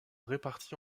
répartis